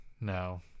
No